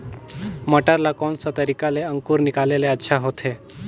मटर ला कोन सा तरीका ले अंकुर निकाले ले अच्छा होथे?